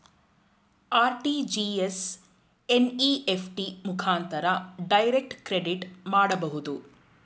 RTGS, NEFT ಮುಖಾಂತರ direct credit ಮಾಡಬಹುದು